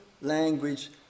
language